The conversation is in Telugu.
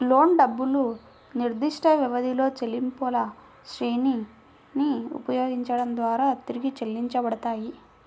లోను డబ్బులు నిర్దిష్టవ్యవధిలో చెల్లింపులశ్రేణిని ఉపయోగించడం ద్వారా తిరిగి చెల్లించబడతాయి